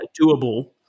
doable